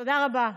תודה רבה.